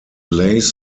lays